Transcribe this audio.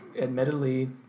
admittedly